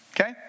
Okay